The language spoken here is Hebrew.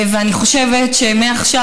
אני חושבת שמעכשיו,